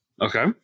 Okay